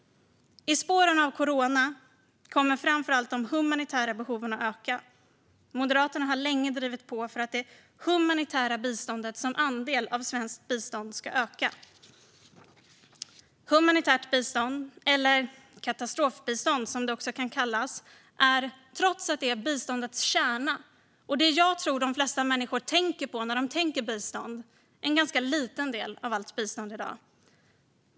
I spåren av corona kommer framför allt de humanitära behoven att öka. Moderaterna har länge drivit på för att det humanitära biståndet som andel av svenskt bistånd ska öka. Trots att humanitärt bistånd, eller katastrofbistånd som det också kan kallas, är biståndets kärna, och det som jag tror att de flesta människor tänker på när de tänker på bistånd, är det en ganska liten del av allt bistånd i dag.